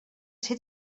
ser